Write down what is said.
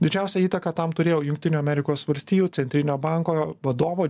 didžiausią įtaką tam turėjo jungtinių amerikos valstijų centrinio banko vadovo